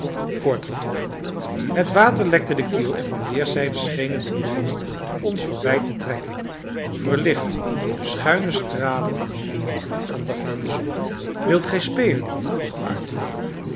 voortgetrokken het water lekte de kiel en van weerszijden schenen de boomen ons voorbij te trekken verlicht door de schuine stralen van de ondergaande zon wilt gij spelen vroeg arthur